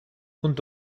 und